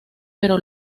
pero